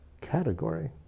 category